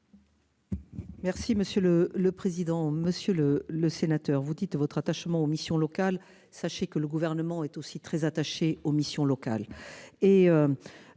Merci monsieur le le président monsieur le le sénateur vous dites votre attachement aux missions locales, sachez que le gouvernement est aussi très attaché aux missions locales